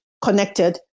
connected